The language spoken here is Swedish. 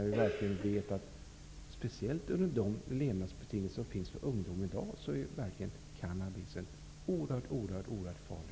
Vi vet ju att cannabis, speciellt under sådana levnadsbetingelser som gäller för många ungdomar, verkligen är oerhört farlig.